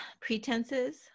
pretenses